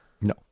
No